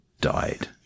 died